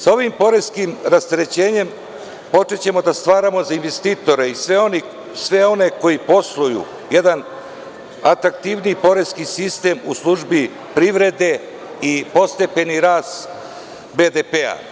Sa ovim poreskim rasterećenjem počećemo da stvaramo za investitore i sve one koji posluju jedan atraktivni poreski sistem u službi privrede i postepeni rast BDP.